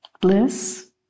bliss